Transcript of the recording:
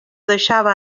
deixava